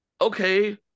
okay